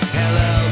hello